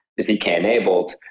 zk-enabled